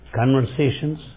conversations